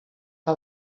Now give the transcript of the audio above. que